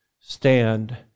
stand